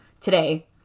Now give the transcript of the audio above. today